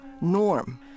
norm